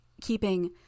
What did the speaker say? keeping